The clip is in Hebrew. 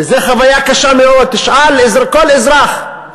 וזה חוויה קשה מאוד, תשאל כל אזרח,